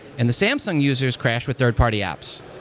and the samsung users crash with third-party apps.